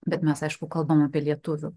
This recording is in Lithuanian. bet mes aišku kalbam apie lietuvių